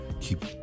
keep